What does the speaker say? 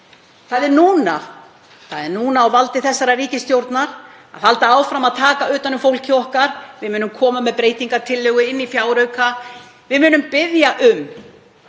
Það er núna á valdi þessarar ríkisstjórnar að halda áfram að taka utan um fólkið okkar. Við munum koma með breytingartillögur við fjárauka og við munum biðja um